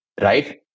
right